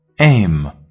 aim